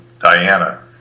Diana